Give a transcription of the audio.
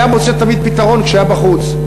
היה מוצא תמיד פתרון כשהיה בחוץ.